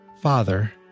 Father